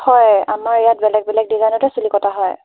হয় আমাৰ ইয়াত বেলেগ বেলেগ ডিজাইনতে চুলি কটা হয়